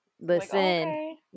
Listen